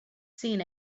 seen